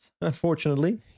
unfortunately